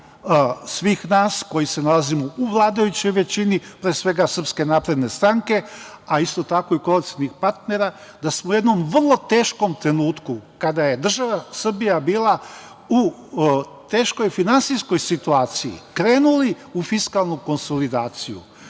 svih nas koji se nalazimo u vladajućoj većini, pre svega SNS, a isto tako i koalicionih partnera, da smo u jednom vrlo teškom trenutku, kada je država Srbija bila u teškoj finansijskoj situaciji, krenuli u fiskalnu konsolidaciju.